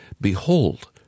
Behold